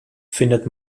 findet